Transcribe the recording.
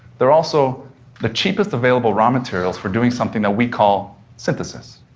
they're also the cheapest available raw materials for doing something that we call synthesis.